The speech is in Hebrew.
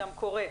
גם קורה.